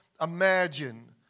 imagine